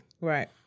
Right